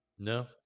No